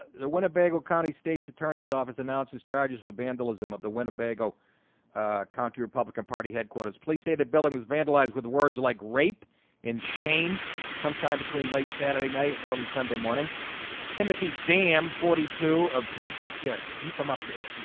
the winnebago county state's attorney's office announces charges with vandalism of the winnebago county republican party headquarters police say the building was vandalized with words like rape and shane sometime between late saturday night and early sunday morning timothy damn forty two of put his yes, keep him up there.